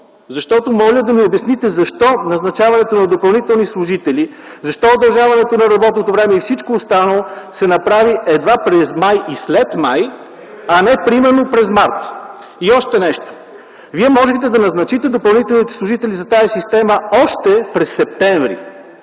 остро. Моля да ми обясните: защо назначаването на допълнителни служители, защо удължаването на работното време и всичко останало, се направи едва през м. май и след м. май, а не примерно през м. март? Още нещо, Вие можехте да назначите допълнителни служители за тази система още през м. септември,